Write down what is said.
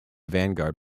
vanguard